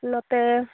ᱱᱚᱛᱮ